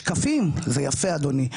שקפים זה יפה אדוני,